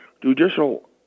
judicial